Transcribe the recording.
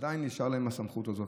עדיין נשארה להם הסמכות הזאת.